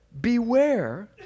Beware